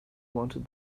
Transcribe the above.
wanted